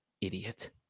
idiot